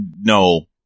no